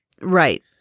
right